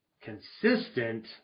consistent